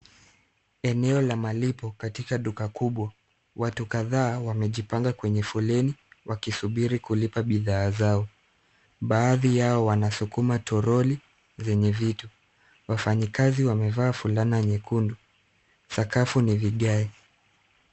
Eneo la malipo katika duka kubwa. Watu kadhaa wamejipanga kwenye foleni wakisubiri kulipa bidhaa zao. Baadhi yao wanasukuma trolley vyenye vitu. Wafanyikazi wamevaa fulana nyekundu. Sakafu ni vigai.